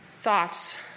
thoughts